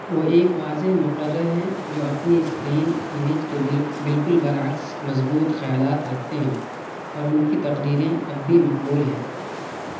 وہ ایک واضح مقرر ہیں جو اپنی اسکرین امیج کے بالکل برعکس مضبوط خیالات رکھتے ہیں اور ان کی تقریریں اب بھی مقبول ہیں